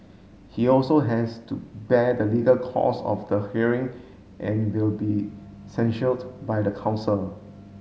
he also has to bear the legal cost of the hearing and will be censured by the council